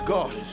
God